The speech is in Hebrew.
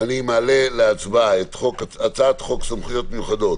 אני מעלה להצבעה את הצעת חוק סמכויות מיוחדות